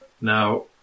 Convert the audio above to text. Now